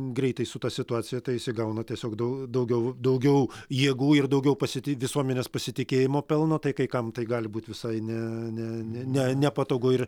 greitai su ta situacija tai jisai gauna tiesiog daug daugiau daugiau jėgų ir daugiau pasi visuomenės pasitikėjimo pelno tai kai kam tai gali būti visai ne ne ne nepatogu ir